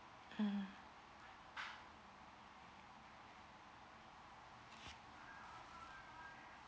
mm